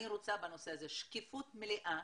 אני רוצה בנושא הזה שקיפות מלאה,